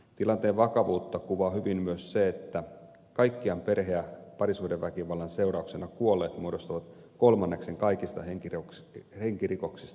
tilanteen vakavuutta kuvaa hyvin myös se että kaikkiaan perhe ja parisuhdeväkivallan seurauksena kuolleet muodostavat kolmanneksen kaikista henkirikoksista suomessa